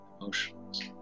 emotions